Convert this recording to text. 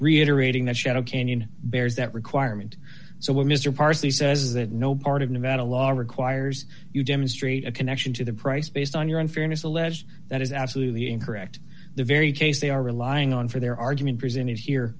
reiterating that shadow canyon bears that requirement so well mr parsley says that no part of nevada law requires you demonstrate a connection to the price based on your unfairness alleged that is absolutely incorrect the very case they are relying on for their argument presented here